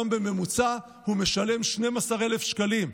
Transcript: והיום בממוצע הוא משלם 12,000 שקלים.